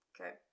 Okay